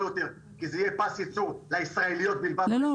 יותר כי זה יהיה פס ייצור לישראליות בלבד --- לא,